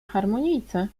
harmonijce